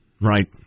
right